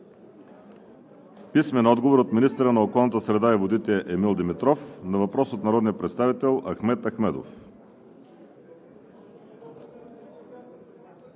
Йорданов; – министъра на околната среда и водите Емил Димитров на въпрос от народния представител Ахмед Ахмедов;